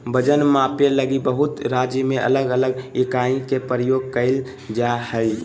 वजन मापे लगी बहुत राज्य में अलग अलग इकाई के प्रयोग कइल जा हइ